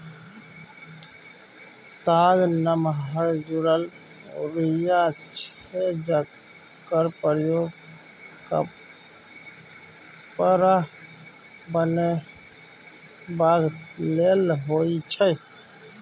ताग नमहर जुरल रुइया छै जकर प्रयोग कपड़ा बनेबाक लेल होइ छै